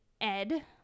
Ed